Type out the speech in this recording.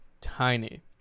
tiny